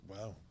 wow